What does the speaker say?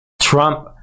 Trump